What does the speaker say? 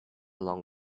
long